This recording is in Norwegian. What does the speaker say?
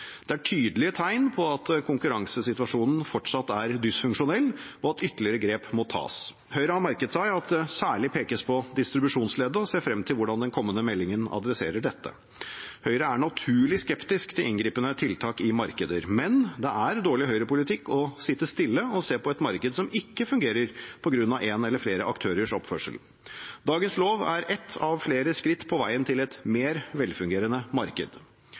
Det er tydelige tegn på at konkurransesituasjonen fortsatt er dysfunksjonell, og at ytterligere grep må tas. Høyre har merket seg at det særlig pekes på distribusjonsleddet, og ser frem til hvordan den kommende meldingen adresserer dette. Høyre er naturlig skeptisk til inngripende tiltak i markeder, men det er dårlig Høyre-politikk å sitte stille og se på et marked som ikke fungerer på grunn av en eller flere aktørers oppførsel. Dagens lov er ett av flere skritt på veien til et mer velfungerende marked.